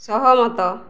ସହମତ